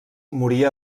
moria